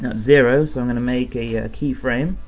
zero, so i'm gonna make a keyframe,